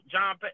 John